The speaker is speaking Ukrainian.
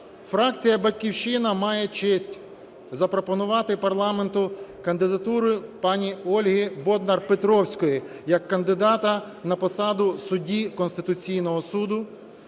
Фракція "Батьківщина" має честь запропонувати парламенту кандидатуру пані Ольги Боднар-Петровської як кандидата на посаду судді Конституційного Суду.